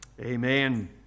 Amen